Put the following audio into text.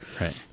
Right